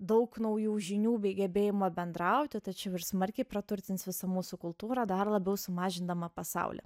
daug naujų žinių bei gebėjimo bendrauti tačiau ir smarkiai praturtins visą mūsų kultūrą dar labiau sumažindama pasaulį